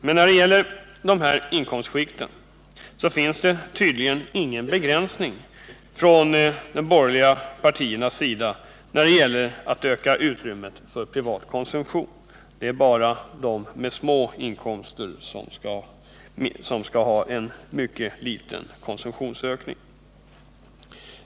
I dessa skikt vill 119 de borgerliga partierna tydligen inte ha någon begränsning när det gäller att öka utrymmet för privat konsumtion. Det är bara personer med små inkomster som skall ha en mycket liten konsumtionsökning.